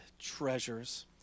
treasures